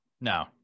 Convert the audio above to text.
No